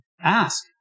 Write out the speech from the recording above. Ask